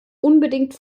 unbedingt